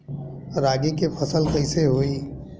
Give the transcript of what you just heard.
रागी के फसल कईसे होई?